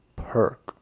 ,perk